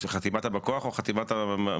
את חתימת בא הכוח או את חתימת המועמדים?